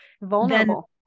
Vulnerable